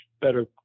better